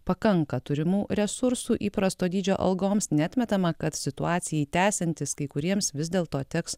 pakanka turimų resursų įprasto dydžio algoms neatmetama kad situacijai tęsiantis kai kuriems vis dėl to teks